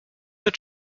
wird